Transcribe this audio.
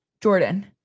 Jordan